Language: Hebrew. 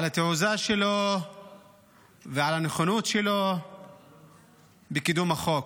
על התעוזה שלו ועל הנכונות שלו בקידום החוק.